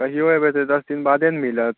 कहिया अयबै से दस दिन बादे ने मिलत